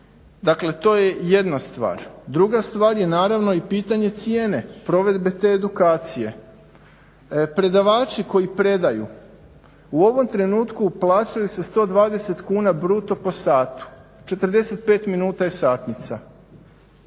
Dakle, to je jedna stvar. Druga stvar je naravno i pitanje cijene provedbe te edukacije. Predavači koji predaju u ovom trenutku plaćaju se 120 kuna bruto po satu, 45 minuta je satnica.